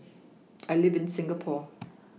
I live in Singapore